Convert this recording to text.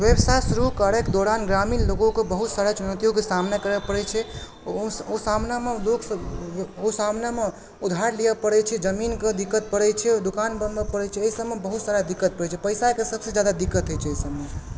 व्यवसाय शुरू करै के दौरान ग्रामीण लोगो को बहुत सारा चुनौतियोके सामना करै पड़ै छै ओ सामनामे लोग सब ओ सामनामे उधार लिअ पड़ै छै जमीनके दिक्कत पड़ै छै दोकान बनबै पड़ै छै अहि सबमे बहुत सारा दिक्कत पड़ै छै पैसाके सबसँ जादा दिक्कत होइ छै ओहि सबमे